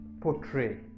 portray